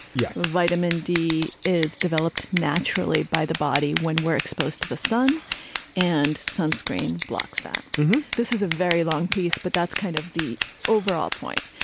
yes vitamin d is developed naturally by the body when we're exposed to the sun and sunscreen blocks that this is a very long piece. but that's kind of the overall point.